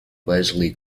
wesley